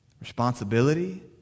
responsibility